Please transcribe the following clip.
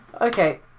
Okay